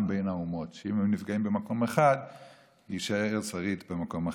לבין האומות" שאם היו נפגעים במקום אחד יישאר שריד במקום אחר.